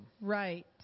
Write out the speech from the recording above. Right